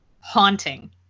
haunting